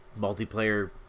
multiplayer